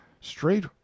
straight